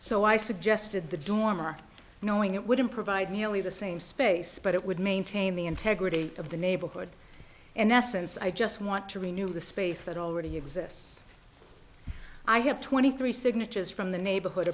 so i suggested the dormer knowing it wouldn't provide nearly the same space but it would maintain the integrity of the neighborhood and essence i just want to renew the space that already exists i have twenty three signatures from the neighborhood